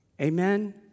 Amen